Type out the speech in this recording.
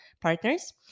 partners